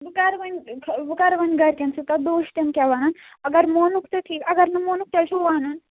بہٕ کَرٕ وَنۍ بہٕ کَرٕ وَنۍ گَرٮ۪ن سۭتۍ کَتھ بہٕ وٕچھٕ تِم کیٛاہ وَنن اگر مونُکھ تہِ ٹھیٖک اگر نہٕ مونُکھ تیٚلہِ چھُو وَنُن